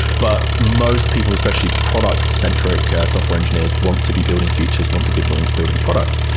but most people, especially product-centric software engineers want to be building features, want to be building building products.